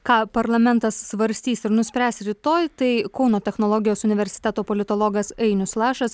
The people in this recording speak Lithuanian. ką parlamentas svarstys ir nuspręs rytoj tai kauno technologijos universiteto politologas ainius lašas